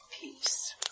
peace